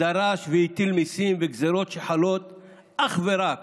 דרש והטיל מיסים וגזרות שחלות אך ורק